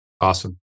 Awesome